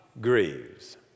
grieves